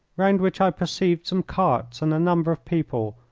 round which i perceived some carts and a number of people,